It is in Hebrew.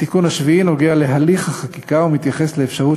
התיקון השביעי נוגע להליך החקיקה ומתייחס לאפשרות